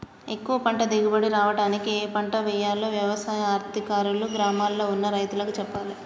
ఎక్కువ పంట దిగుబడి రావడానికి ఏ పంట వేయాలో వ్యవసాయ అధికారులు గ్రామాల్ల ఉన్న రైతులకు చెప్పాలే